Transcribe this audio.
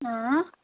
آ